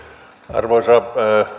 arvoisa